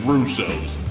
Russo's